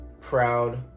proud